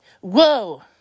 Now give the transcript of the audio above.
whoa